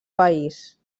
país